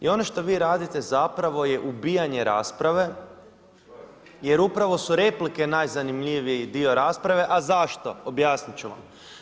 I ono što vi radite zapravo je ubijanje rasprave, jer upravo su replike su najzanimljiviji dio rasprave, a zašto, objasniti ću vam.